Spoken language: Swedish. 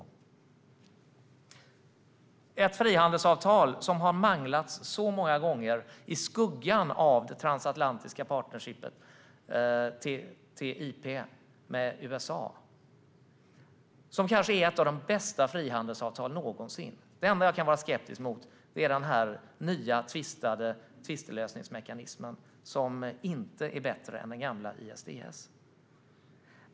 Detta är ett frihandelsavtal som har manglats många gånger i skuggan av det transatlantiska partnerskapet TTIP med USA, och det är ett av de bästa frihandelsavtalen någonsin. Det enda jag kan vara skeptisk till är den nya tvistlösningsmekanismen, som inte är bättre än den gamla - ISDS.